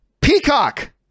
Peacock